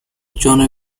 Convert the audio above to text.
john